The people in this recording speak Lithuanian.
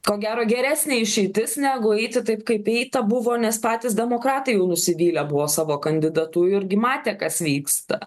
ko gero geresnė išeitis negu eiti taip kaip eita buvo nes patys demokratai jau nusivylę buvo savo kandidatu irgi matė kas vyksta